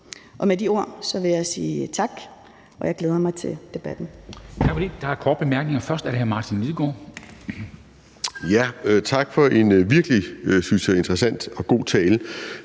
Med de ord vil jeg sige tak. Jeg glæder mig til debatten.